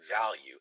value